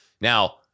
Now